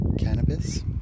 cannabis